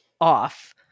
off